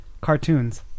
cartoons